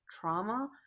trauma